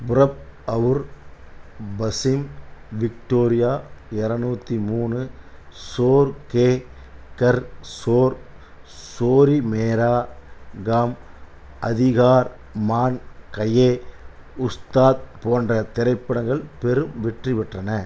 Purab aur Paschim Victoria இரநூத்தி மூணு சோர் கே கர் சோர் சோரி மேரா காம் அதிகார் மான் கயே உஸ்தாத் போன்ற திரைப்படங்கள் பெரும் வெற்றிப்பெற்றன